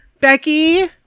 Becky